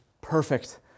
perfect